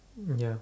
ya